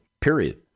period